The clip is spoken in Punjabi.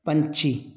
ਪੰਛੀ